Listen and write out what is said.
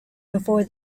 before